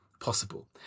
possible